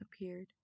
appeared